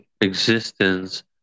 existence